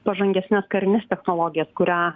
pažangesnes karines technologijas kurią